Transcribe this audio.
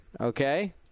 Okay